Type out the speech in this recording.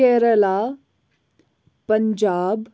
Kerala Punjab